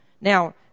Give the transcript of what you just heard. Now